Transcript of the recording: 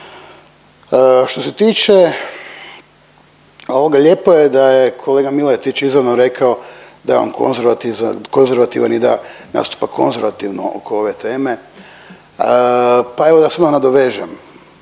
Što se tiče ovoga lijepo je da je kolega Miletić izravno rekao da je on konzervatizam, da je konzervativan i da nastupa konzervativno oko ove teme, pa evo da samo nadovežem